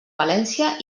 valència